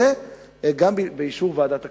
וגם באישור ועדת הכספים.